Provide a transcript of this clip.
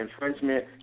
infringement